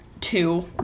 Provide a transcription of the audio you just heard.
two